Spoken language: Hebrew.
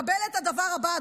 קבל את הדבר הבא,